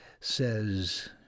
says